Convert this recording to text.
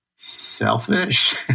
selfish